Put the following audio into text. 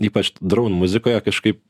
ypač droun muzikoje kažkaip